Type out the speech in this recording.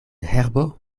herbo